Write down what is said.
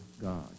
God